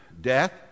death